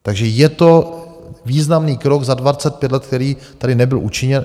Takže je to významný krok za dvacet pět let, který tady nebyl učiněn.